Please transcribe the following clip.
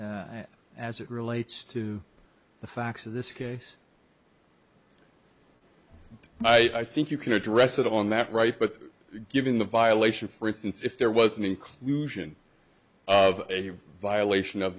as it relates to the facts of this case i think you can address it on that right but given the violation for instance if there was an inclusion of a violation of